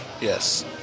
Yes